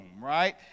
right